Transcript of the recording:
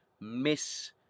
Miss